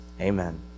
Amen